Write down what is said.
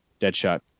Deadshot